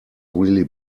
really